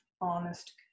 honest